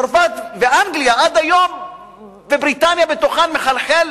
צרפת ואנגליה, בבריטניה, בתוכה מחלחלים